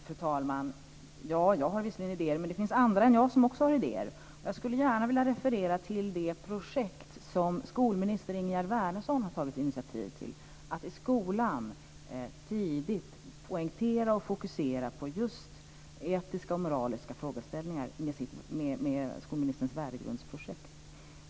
Fru talman! Jag har visserligen idéer, men det finns även andra än jag som också har idéer. Jag skulle gärna vilja referera till det projekt som skolminister Ingegerd Wärnersson har tagit initiativ till. Det handlar om att i skolan tidigt poängtera och fokusera på just etiska och moraliska frågeställningar i skolministerns värdegrundsprojekt.